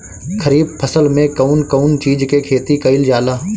खरीफ फसल मे कउन कउन चीज के खेती कईल जाला?